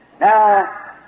Now